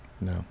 No